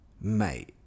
mate